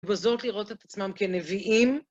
ובזאת לראות את עצמם כנביאים.